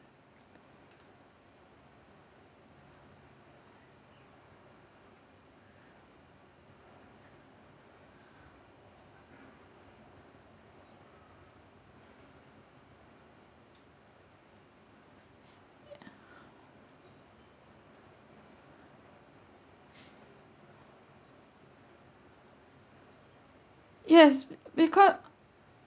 yes because